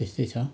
त्यस्तै छ